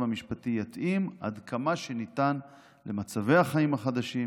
המשפטי יתאים עד כמה שניתן למצבי החיים החדשים,